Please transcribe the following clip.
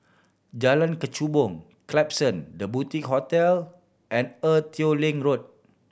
Jalan Kechubong Klapson The Boutique Hotel and Ee Teow Leng Road